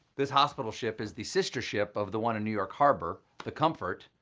this hospital ship is the sister ship of the one in new york harbor, the comfort.